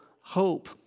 hope